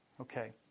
Okay